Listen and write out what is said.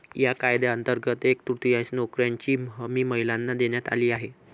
या कायद्यांतर्गत एक तृतीयांश नोकऱ्यांची हमी महिलांना देण्यात आली आहे